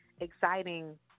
exciting